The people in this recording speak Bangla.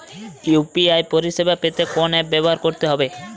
ইউ.পি.আই পরিসেবা পেতে কোন অ্যাপ ব্যবহার করতে হবে?